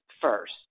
first